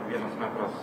vienas metras